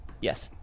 Yes